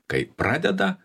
kai pradeda